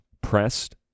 pressed